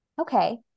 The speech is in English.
Okay